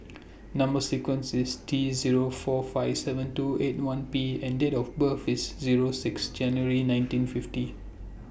Number sequence IS T Zero four five seven two eight one B and Date of birth IS Zero six January nineteen fifty